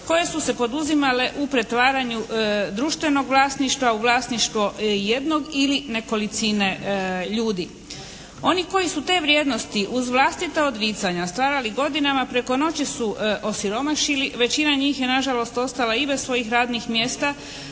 koje su se poduzimale u pretvaranju društvenog vlasništva u vlasništvo jednog ili nekolicine ljudi. Oni koji su te vrijednosti uz vlastita odricanja stvarali godinama preko noći su osiromašili. Većina njih je na žalost ostala i bez svojih radnih mjesta,